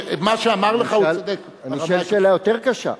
מה שאמר לך, הוא צודק, אני אשאל שאלה יותר קשה: